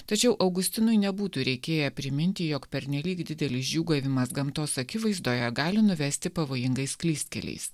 tačiau augustinui nebūtų reikėję priminti jog pernelyg didelis džiūgavimas gamtos akivaizdoje gali nuvesti pavojingais klystkeliais